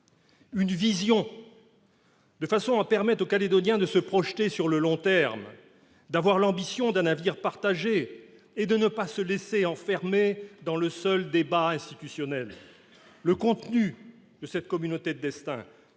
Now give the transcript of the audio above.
une vision qui permette aux Calédoniens de se projeter sur le long terme, d'avoir l'ambition d'un avenir partagé et ne pas se laisser enfermer dans le seul débat institutionnel. Le contenu de cette communauté de destin,